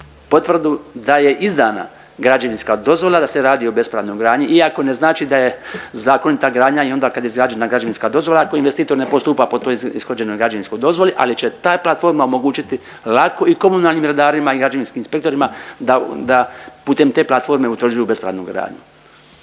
potvrdu da je izdana građevinska dozvola, da se radi o bespravnoj gradnji iako ne znači da je zakonita gradnja i onda kada je izgrađena građevinska dozvola ako investitor ne postupa po toj ishođenoj građevinskoj dozvoli, ali će ta platforma omogućiti laku i komunalnim redarima i građevinskim inspektorima da, da putem te platforme utvrđuju bespravnu gradnju.